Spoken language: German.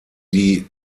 die